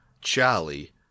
Charlie